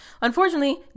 Unfortunately